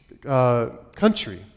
country